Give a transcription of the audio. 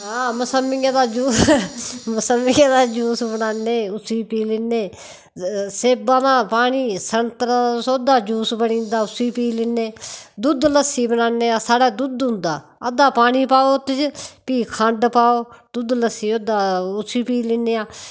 मसम्मी दा यूस मसम्मी दा यूस बनाने उसी पी लैन्ने सेबा दा नेई पर संतरे दा यूस बनी जंदा उसी पी लैन्ने दूध लस्सी बनाने अस साढ़े घर दुद्ध होंदा अद्धा पानी पाओ उस च फिह् पानी पाओ दुद्ध लस्सी होई जंदा उसी पी लैन्ने आं